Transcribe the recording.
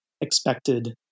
expected